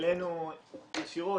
אלינו ישירות,